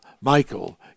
Michael